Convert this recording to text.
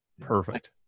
perfect